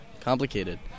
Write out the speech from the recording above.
complicated